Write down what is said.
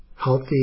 Healthy